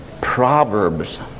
Proverbs